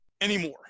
anymore